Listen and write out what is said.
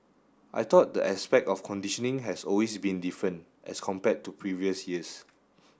I thought the aspect of conditioning has always been different as compared to previous years